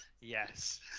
Yes